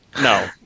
No